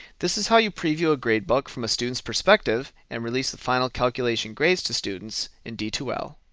this is how you preview a gradebook from a student's perspective and release the final calculation grade to students in d two l.